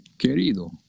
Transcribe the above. Querido